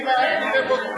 אבל זה לא ילך לך כאן.